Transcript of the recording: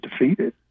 defeated